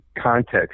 context